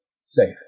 safe